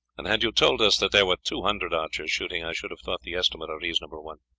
and had you told us that there were two hundred archers shooting, i should have thought the estimate a reasonable one.